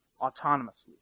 autonomously